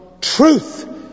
truth